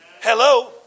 Hello